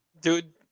Dude